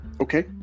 Okay